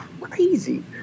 crazy